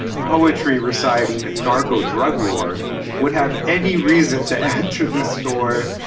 poetry reciting. marco, drug lord would have any reason to enter this store.